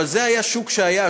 אבל זה היה שוק שהיה.